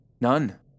None